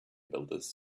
builders